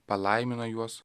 palaimino juos